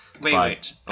Wait